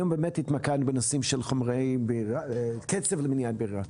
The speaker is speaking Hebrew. היום באמת התמקדנו בנושאים של קצף למניעת בעירה.